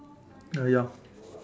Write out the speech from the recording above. uh ya